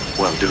well, do